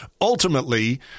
ultimately